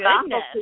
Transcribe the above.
goodness